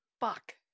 Fuck